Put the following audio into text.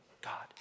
God